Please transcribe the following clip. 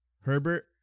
Herbert